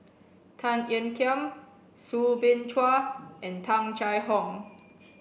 Tan Ean Kiam Soo Bin Chua and Tung Chye Hong